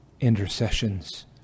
intercessions